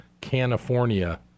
California